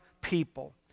people